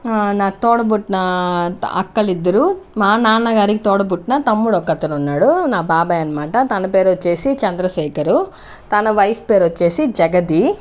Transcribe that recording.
నా తోడపుట్టిన అక్కలిద్దరూ మా నాన్నగారికి తోడపుట్టిన తమ్ముడు ఒకడున్నాడు నా బాబాయి అనమాట తన పేరు వచ్చేసి చంద్రశేఖర్ తన వైఫ్ పేరు వచ్చేసి జగదీ